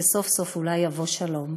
שסוף-סוף אולי יבוא שלום,